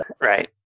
Right